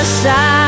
side